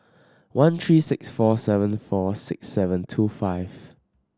one three six four seven four six seven two five